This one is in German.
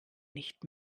nicht